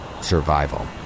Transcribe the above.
survival